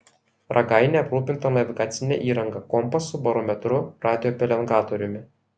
ragainė aprūpinta navigacine įranga kompasu barometru radiopelengatoriumi